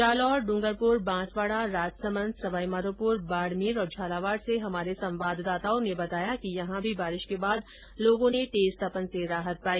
जालौर डूंगरपुर बांसवाडा राजसमंद सवाईमाधोपुर बाडमेर और झालावाड से हमारे संवाददाताओं ने बताया कि यहां भी बारिश के बाद लोगों ने तेज तपन से राहत पाई